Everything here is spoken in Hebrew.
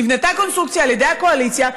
נבנתה קונסטרוקציה על ידי הקואליציה,